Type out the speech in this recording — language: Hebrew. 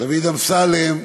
דוד אמסלם,